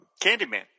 Candyman